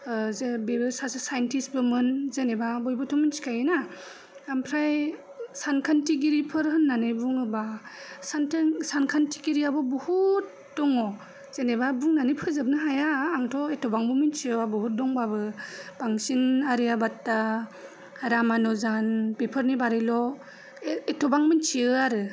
जो बिबो सासे साइन्टिसबोमोन जेनेबा बयबोथ' मिथिखायोना आमफ्राय सानखान्थिगिरि फोर होन्नानै बुङोब्ला सानखान्थिगिरियाबो बहुद दङ जेनेबा बुंनानै फोजोबनो हाया आंथ' एथबांबो मिथिजोबा बहुद दंबाबो बांसिन आरियाभात्ता रामानुजान बेफोरनि बारैल' एथबां मिथियो आरो